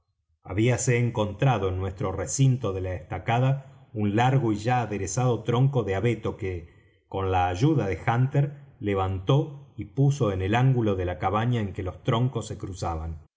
habíase encontrado en nuestro recinto de la estacada un largo y ya aderezado tronco de abeto que con la ayuda de hunter levantó y puso en el ángulo de la cabaña en que los troncos se cruzaban